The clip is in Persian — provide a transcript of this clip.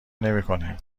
نمیکنیم